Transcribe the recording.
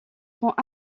font